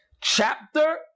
chapter